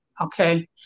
okay